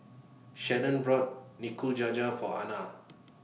Sharon bought Nikujaga For Ana